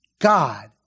God